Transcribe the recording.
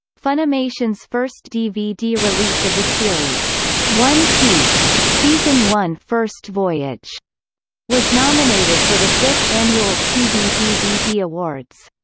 funimation's first dvd release of the series one piece season one first voyage was nominated for the fifth annual tv dvd awards.